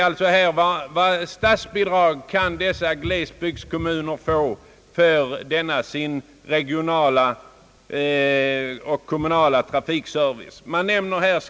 Vilka statsbidrag kan glesbygdskommunerna få till sin trafikverksamhet?